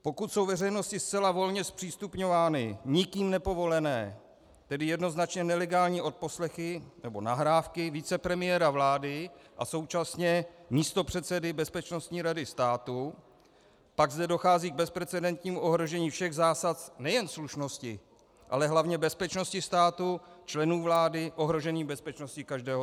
Pokud jsou veřejnosti zcela volně zpřístupňovány nikým nepovolené, tedy jednoznačně nelegální odposlechy nebo nahrávky vicepremiéra vlády a současně místopředsedy Bezpečnostní rady státu, pak zde dochází k bezprecedentnímu ohrožení všech zásad nejen slušnosti, ale hlavně bezpečnosti státu, členů vlády, ohrožení bezpečnosti každého z nás.